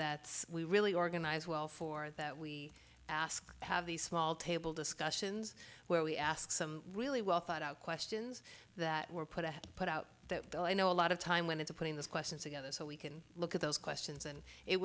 that we really organize well for that we ask to have these small table discussions where we ask some really well thought out questions that were put at put out that i know a lot of time went into putting those questions together so we can look at those questions and it